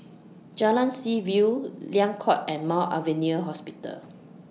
Jalan Seaview Liang Court and Mount Alvernia Hospital